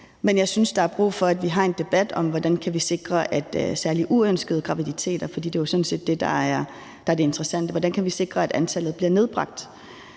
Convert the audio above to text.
Men jeg synes, der er brug for, at vi har en debat om, hvordan vi kan sikre, at særlig antallet af uønskede graviditeter – for det er jo sådan set det, der er det interessante – bliver nedbragt.